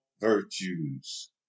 virtues